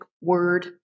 word